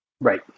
right